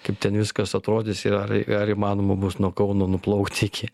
kaip ten viskas atrodys ir ar ar įmanoma bus nuo kauno nuplaukt iki